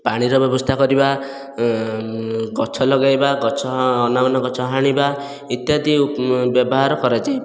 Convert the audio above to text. ପାଣିର ବ୍ୟବସ୍ଥା କରିବା ଗଛ ଲଗେଇବା ଗଛ ଅନା ବନା ଗଛ ହାଣିବା ଇତ୍ୟାଦି ବ୍ୟବହାର କରାଯାଏ